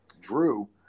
Drew